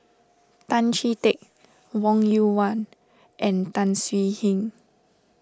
Tan Chee Teck Wong Yoon Wah and Tan Swie Hian